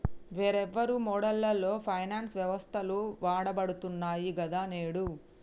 వేర్వేరు మోడళ్లలో ఫైనాన్స్ వ్యవస్థలు నడపబడుతున్నాయి గదా నేడు